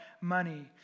money